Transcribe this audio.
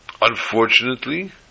Unfortunately